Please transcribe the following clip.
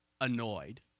annoyed